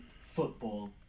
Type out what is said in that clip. football